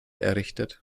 errichtet